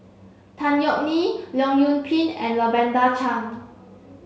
Tan Yeok Nee Leong Yoon Pin and Lavender Chang